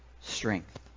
strength